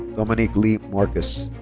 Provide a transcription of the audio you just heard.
dominique lee marcus.